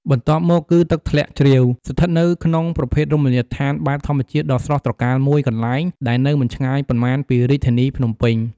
បន្ទាប់មកគឺ ទឹកធ្លាក់ជ្រាវស្ថិតនៅក្នុងប្រភេទរមណីយដ្ឋាន បែបធម្មជាតិដ៏ស្រស់ត្រកាលមួយកន្លែងដែលនៅមិនឆ្ងាយប៉ុន្មានពីរាជធានីភ្នំពេញ។